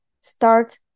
start